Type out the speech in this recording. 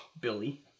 Billy